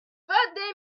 birthday